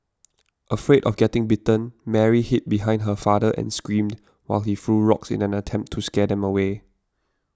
afraid of getting bitten Mary hid behind her father and screamed while he threw rocks in an attempt to scare them away